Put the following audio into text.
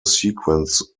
sequence